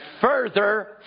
further